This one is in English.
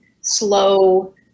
slow